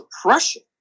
suppression